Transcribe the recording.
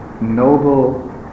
noble